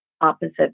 opposite